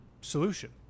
solution